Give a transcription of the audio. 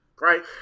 right